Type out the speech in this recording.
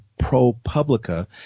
ProPublica